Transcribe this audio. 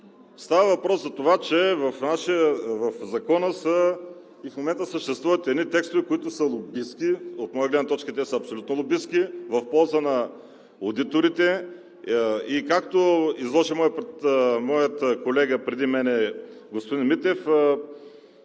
Става въпрос за това, че в Закона и в момента съществуват текстове, които са лобистки, от моя гледна точка са абсолютно лобистки, в полза на одиторите. Както изложи моят колега преди мен – господин Митев,